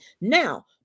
Now